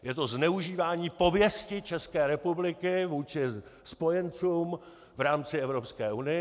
Je to zneužívání pověsti České republiky vůči spojencům v rámci Evropské unie.